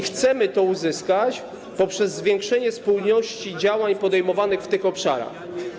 Chcemy to uzyskać poprzez zwiększenie spójności działań podejmowanych w tych obszarach.